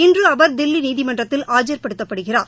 இன்று தில்லி நீதிமன்றத்தில் ஆஜர்படுத்தப்படுகிறார்